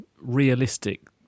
realistic